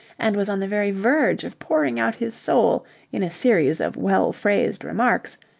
and was on the very verge of pouring out his soul in a series of well-phrased remarks,